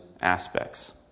aspects